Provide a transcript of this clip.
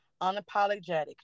unapologetic